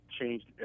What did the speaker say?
changed